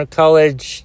college